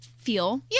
feel